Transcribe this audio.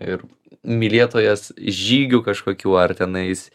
ir mylėtojas žygių kažkokių ar tenais